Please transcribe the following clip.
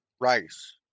rice